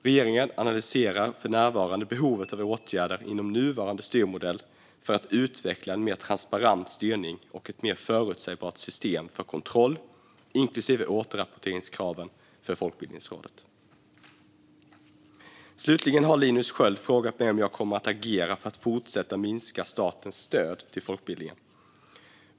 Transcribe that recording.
Regeringen analyserar för närvarande behovet av åtgärder inom nuvarande styrmodell för att utveckla en mer transparent styrning och ett mer förutsägbart system för kontroll, inklusive återrapporteringskraven för Folkbildningsrådet. Slutligen har Linus Sköld frågat mig om jag kommer att agera för att fortsätta att minska statens stöd till folkbildningen.